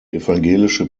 evangelische